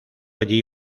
allí